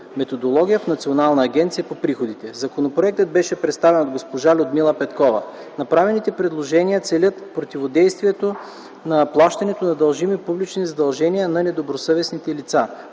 методология” в Националната агенция за приходите. Законопроектът беше представен от госпожа Людмила Петкова. Направените предложения целят противодействието на неплащането на дължимите публични задължения на недобросъвестните лица.